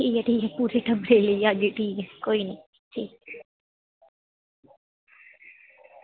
ठीक ऐ ठीक ऐ पूरे टब्बरै लेइयै आह्गी ठीक कोई ना ठीक